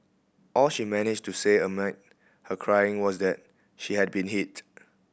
all she managed to say amid her crying was that she had been hit